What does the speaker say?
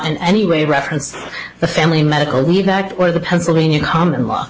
in any way referenced the family medical leave act or the pennsylvania common law